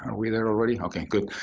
and we there already? ok, good.